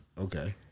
Okay